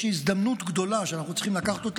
יש הזדמנות גדולה שאנחנו צריכים לקחת,